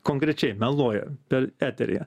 konkrečiai meluoja per eteryje